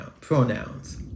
pronouns